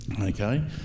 okay